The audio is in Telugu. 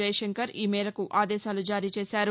జైశంకర్ ఈ మేరకు ఆదేశాలు జారీ చేశారు